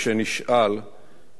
בעיניים בורקות ואוהבות.